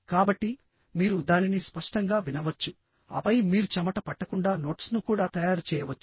కాబట్టి మీరు దానిని స్పష్టంగా వినవచ్చుఆపై మీరు చెమట పట్టకుండా నోట్స్ను కూడా తయారు చేయవచ్చు